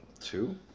Two